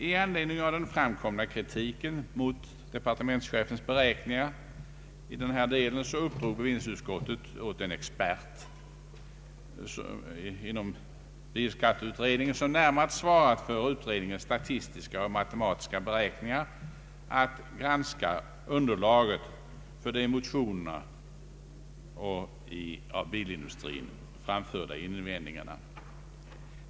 I anledning av den framkomna kritiken mot departementschefens beräkningar i denna del uppdrog bevillningsutskottet åt den expert inom bilskatteutredningen, som närmast svarat för utredningens statistiska och matematiska beräkningar, att granska underlaget för de i motionerna och av bilindustrin framförda invändningarna.